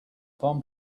palm